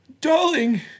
darling